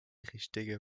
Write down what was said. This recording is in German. richtige